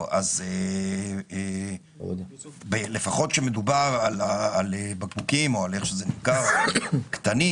אז לפחות כשמדובר בבקבוקים קטנים,